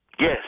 Yes